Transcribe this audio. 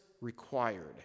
required